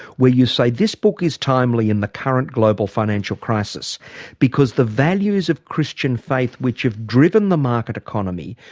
where you say, this book is timely in the current global financial crisis because the values of christian faith, which have driven the market economy,